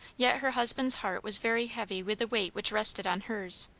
yet her husband's heart was very heavy with the weight which rested on hers,